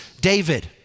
David